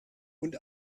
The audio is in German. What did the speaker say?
und